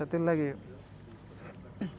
ସେଥିର୍ଲାଗି